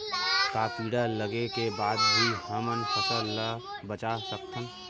का कीड़ा लगे के बाद भी हमन फसल ल बचा सकथन?